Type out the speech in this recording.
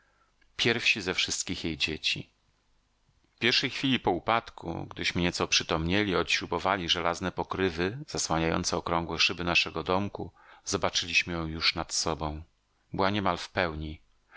pierwsi ze wszystkich jej dzieci w pierwszej chwili po upadku gdyśmy nieco oprzytomnieli i odśrubowali żelazne pokrywy zasłaniające okrągłe szyby naszego domku zobaczyliśmy ją już nad sobą była niemal w pełni